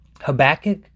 Habakkuk